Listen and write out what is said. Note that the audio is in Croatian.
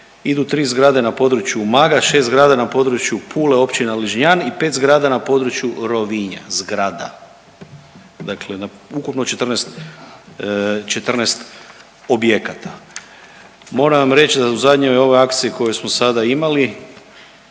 idu tri zgrade na području Umaga, 6 zgrada na području Pule općina Ližnjan i 5 zgrada na području Rovinja, zgrada dakle na ukupno 14 objekata. Moram vam reći da u zadnjoj ovoj akciji koju smo sada imali